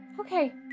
Okay